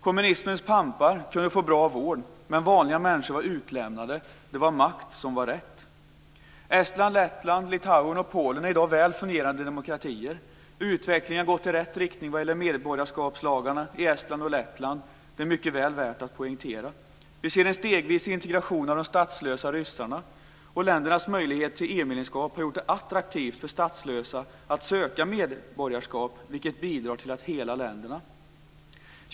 Kommunismens pampar kunde få bra vård, men vanliga människor var utlämnade. Det var makt som var rätt. Estland, Lettland, Litauen och Polen är i dag väl fungerande demokratier. Utvecklingen har gått i rätt riktning vad gäller medborgarskapslagarna i Estland och Lettland. Det är mycket väl värt att poängtera. Vi ser en stegvis integration av de statslösa ryssarna, och ländernas möjlighet till EU-medlemskap har gjort det attraktivt för statslösa att söka medborgarskap, vilket bidrar till att hela länderna.